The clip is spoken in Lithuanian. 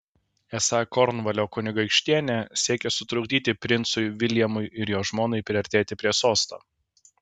esą kornvalio kunigaikštienė siekia sutrukdyti princui viljamui ir jo žmonai priartėti prie sosto